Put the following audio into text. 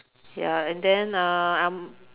ya and then uh I'm